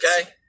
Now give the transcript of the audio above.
okay